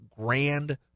grand